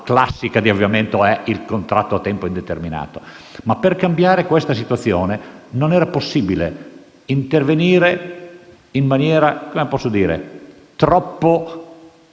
classica di avviamento è il contratto a tempo indeterminato. Per cambiare questa situazione non era possibile intervenire in maniera troppo *soft,* troppo